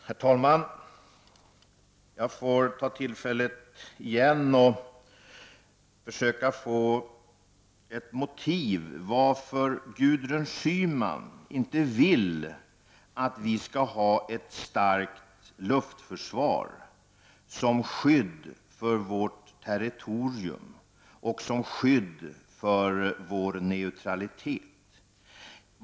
Herr talman! Jag får ta tillfället i akt igen och försöka få fram ett motiv till att Gudrun Schyman inte vill att vi skall ha ett starkt luftförsvar som skydd för vårt territorium och som skydd för vår neutralitet.